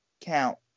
count